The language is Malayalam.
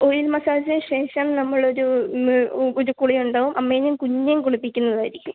ഓയിൽ മസ്സാജിന് ശേഷം നമ്മളൊരു ഒരു കുളി ഉണ്ടാവും അമ്മേനേയും കുഞ്ഞിനേയും കുളിപ്പിക്കുന്നതായിരിക്കും